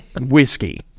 Whiskey